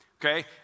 okay